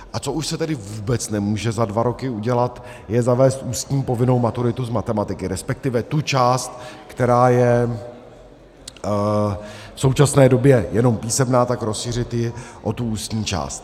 A co už se tedy vůbec nemůže za dva roky udělat, je zavést ústní povinnou maturitu z matematiky, resp. tu část, která je v současné době jenom písemná, tak rozšířit ji o tu ústní část.